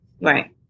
right